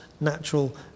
natural